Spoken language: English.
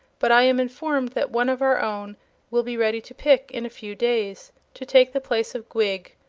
but i am informed that one of our own will be ready to pick in a few days, to take the place of gwig,